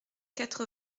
quatre